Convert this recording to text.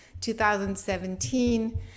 2017